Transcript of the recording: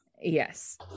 Yes